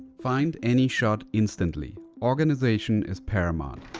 find any shot instantly. organization is paramount.